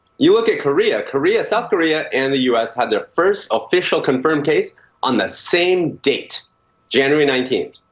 you look at korea, korea south korea and the u s. had their first official confirmed case on the same date january nineteenth.